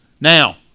Now